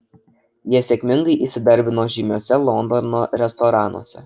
jie sėkmingai įsidarbino žymiuose londono restoranuose